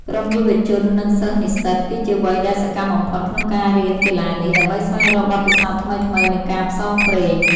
ក្រុមយុវជន និងសិស្សនិស្សិត គឺជាវ័យដែលសកម្មបំផុតក្នុងការរៀនកីឡានេះ ដើម្បីស្វែងរកបទពិសោធន៍ថ្មីៗ និងការផ្សងព្រេង។